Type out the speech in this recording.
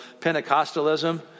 Pentecostalism